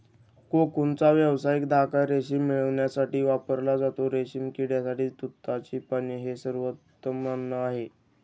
कोकूनचा व्यावसायिक धागा रेशीम मिळविण्यासाठी वापरला जातो, रेशीम किड्यासाठी तुतीची पाने हे सर्वोत्तम अन्न आहे